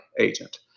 agent